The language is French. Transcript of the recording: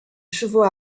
chevaux